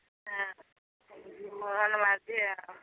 ହଁ ମୋହନ ମାଝୀ ଆଉ